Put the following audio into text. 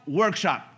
workshop